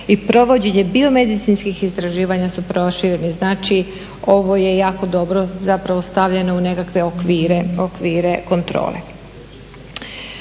i provođenja biomedicinskih istraživanja su prošireni. Znači ovo je jako dobro stavljeno u nekakve okvire kontrole.